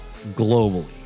globally